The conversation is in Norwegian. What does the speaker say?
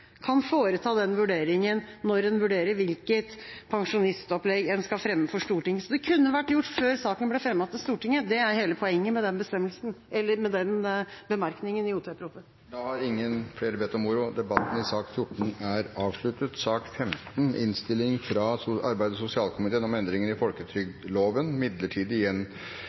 kan foreta den vurderinga når en vurderer hvilket pensjonistopplegg en skal fremme for Stortinget. Så det kunne vært gjort før saken ble fremmet for Stortinget, det er hele poenget med den bemerkningen i odelstingsproposisjonen. Flere har ikke bedt om ordet til sak nr. 14. Ingen har bedt om ordet. Etter ønske fra arbeids- og sosialkomiteen